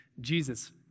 Jesus